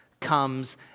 comes